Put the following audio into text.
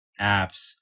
apps